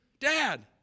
Dad